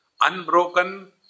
Unbroken